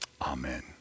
Amen